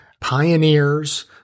pioneers